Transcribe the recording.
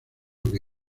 que